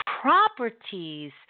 properties